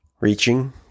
reaching